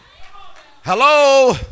Hello